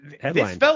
Headline